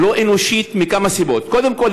ולא אנושית מכמה סיבות: קודם כול,